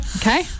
Okay